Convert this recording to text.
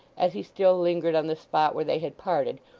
as he still lingered on the spot where they had parted,